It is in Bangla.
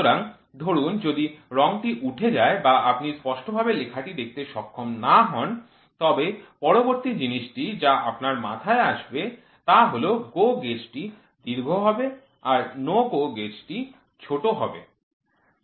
সুতরাং ধরুন যদি রংটি উঠে যায় বা আপনি স্পষ্টভাবে লেখাটি দেখতে সক্ষম না হন তবে পরবর্তী জিনিসটি যা আপনার মাথায় আসবে তা হল GO gauge টি দীর্ঘ হবে আর NO GO gauge টি ছোট হবে